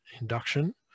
induction